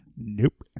nope